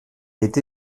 est